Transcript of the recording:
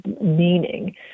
meaning